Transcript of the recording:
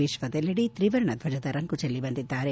ವಿಶ್ವದಲ್ಲೆಡೆ ತ್ರಿವರ್ಣದ್ಜಜದ ರಂಗು ಚೆಲ್ಲಿ ಬಂದಿದ್ದಾರೆ